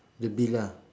the bill lah